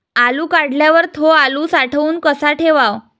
आलू काढल्यावर थो आलू साठवून कसा ठेवाव?